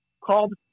called